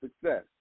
success